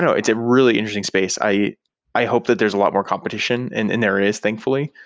so it's a really interesting space. i i hope that there's a lot more competition, and and there is, thankfully.